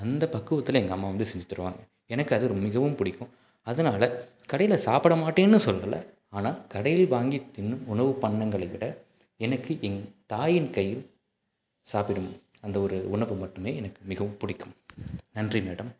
அந்த பக்குவத்தில் எங்கள் அம்மா வந்து செஞ்சுத்தருவாங்க எனக்கு அது மிகவும் பிடிக்கும் அதனால கடையில் சாப்பிடமாட்டேனு சொல்லல ஆனால் கடையில் வாங்கி திண்ணும் உணவு பண்டங்களை விட எனக்கு என் தாயின் கையில் சாப்பிடும் அந்த ஒரு உணவு மட்டுமே எனக்கு மிகவும் பிடிக்கும் நன்றி மேடம்